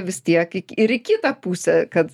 vis tiek ir į kitą pusę kad